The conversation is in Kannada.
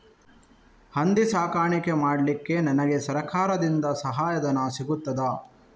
ಹಂದಿ ಸಾಕಾಣಿಕೆ ಮಾಡಲಿಕ್ಕೆ ನನಗೆ ಸರಕಾರದಿಂದ ಸಹಾಯಧನ ಸಿಗುತ್ತದಾ?